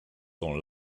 sont